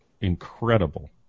incredible